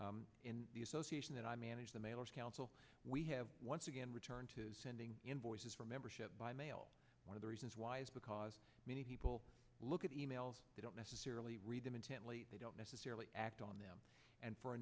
service in the association that i manage the mailers council we have once again return to sending invoices for membership by mail one of the reasons why is because many people look at emails they don't necessarily read them intently they don't necessarily act on them and for a